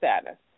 status